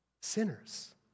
sinners